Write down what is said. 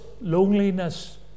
loneliness